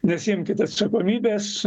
nesiimkit atsakomybės